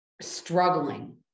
struggling